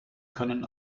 können